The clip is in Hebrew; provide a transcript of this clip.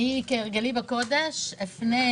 כהרגלי בקודש אפנה